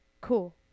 cool